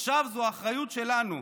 עכשיו זו האחריות שלנו,